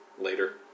later